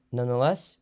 Nonetheless